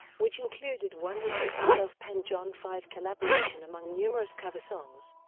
which included one last self-penned john five collaboration among numerous cover songs.